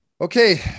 Okay